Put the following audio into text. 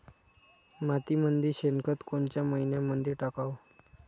मातीमंदी शेणखत कोनच्या मइन्यामंधी टाकाव?